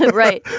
but right.